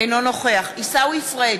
אינו נוכח עיסאווי פריג'